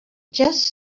just